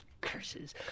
Curses